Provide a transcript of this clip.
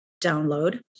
download